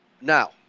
Now